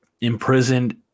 imprisoned